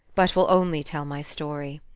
but will only tell my story.